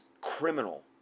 criminal